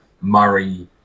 Murray